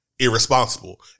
Irresponsible